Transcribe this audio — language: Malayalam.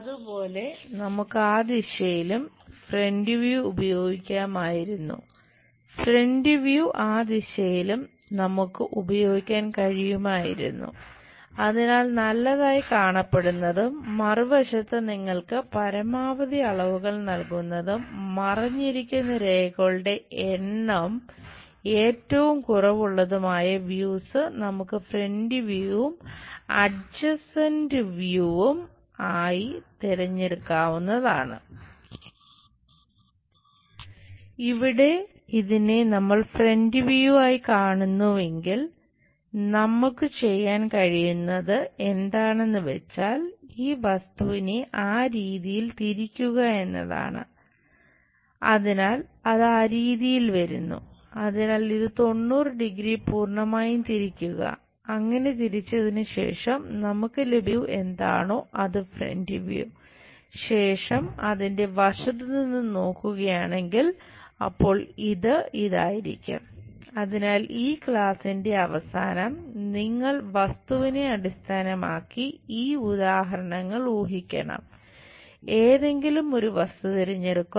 അതുപോലെ നമുക്ക് ആ ദിശയിലും ഫ്രന്റ് വ്യൂ ആയി തിരഞ്ഞെടുക്കാവുന്നതാണ് ഇവിടെ ഇതിനെ നമ്മൾ ഫ്രന്റ് വ്യൂ ശേഷം അതിന്റെ വശത്തുനിന്നും നോക്കുകയാണെങ്കിൽ അപ്പോൾ ഇത് ഇതായിരിക്കും അതിനാൽ ഈ ക്ലാസിന്റെ അവസാനം നിങ്ങൾ വസ്തുവിനെ അടിസ്ഥാനമാക്കി ഈ ഉദാഹരണങ്ങൾ ഊഹിക്കണം ഏതെങ്കിലും ഒരു വസ്തു തിരഞ്ഞെടുക്കുക